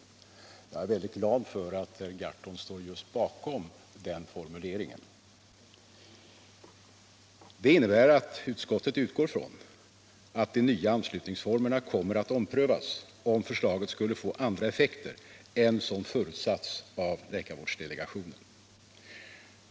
Jag noterar att herr Gahrton står bakom just den formuleringen. Detta innebär att utskottet utgår från att de nya anslutningsformerna kommer att omprövas om förslaget skulle få andra effekter än som förutsatts av läkarvårdsdelegationen.